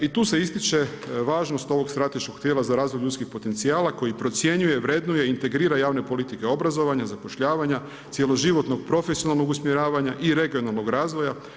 I tu se ističe važnost ovog strateškog tijela za razvoj ljudskih potencijala koji procjenjuje, vrednuje, integrira javne politike obrazovanja, zapošljavanja, cjeloživotnog profesionalnog usmjeravanja i regionalnog razvoja.